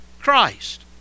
Christ